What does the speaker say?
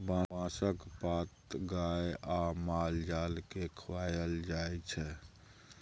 बाँसक पात गाए आ माल जाल केँ खुआएल जाइ छै